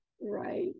Right